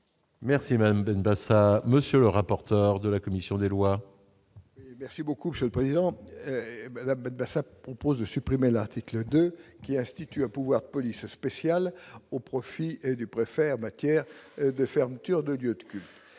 Merci Mandanda ça, monsieur le rapporteur de la commission des lois. Merci beaucoup, je le président et Madame Ben Basat propose de supprimer l'article 2 qui institué un pouvoir de police spéciale au profit et du préfère matière de fermeture de Dieu si le